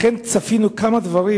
אכן צפינו כמה דברים,